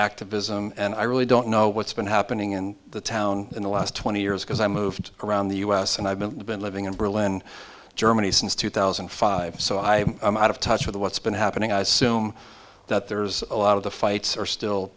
activism and i really don't know what's been happening in the town in the last twenty years because i moved around the u s and i've been living in berlin germany since two thousand and five so i out of touch with what's been happening i assume that there's a lot of the fights are still